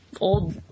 old